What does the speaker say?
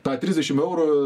tą trisdešimt eurų